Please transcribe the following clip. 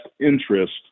interest